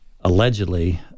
allegedly